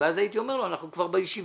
ואז הייתי אומר לו שאנחנו כבר בישיבה